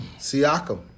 Siakam